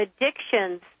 addictions